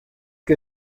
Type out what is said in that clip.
que